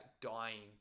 dying